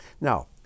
Now